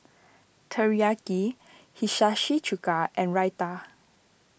Teriyaki Chuka and Raita